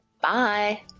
Bye